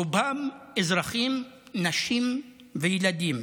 רובם אזרחים, נשים וילדים,